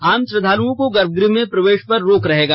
आम श्रद्दालुओं को गर्भगृह में प्रवेश पर रोक रहेगा